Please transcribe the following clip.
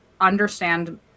understand